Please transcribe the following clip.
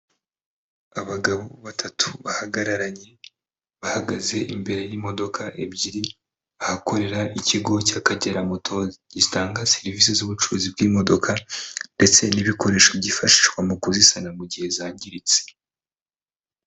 Abagabo batatu bahagararanye. Bahagaze imbere y'imodoka ebyiri, ahakorera ikigo cy'akageramoto gitanga serivisi z'ubucuruzi bw'imodoka, ndetse n'ibikoresho byifashishwa mu kuzisana mu gihe zangiritse.